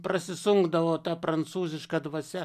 prasisunkdavo ta prancūziška dvasia